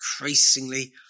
increasingly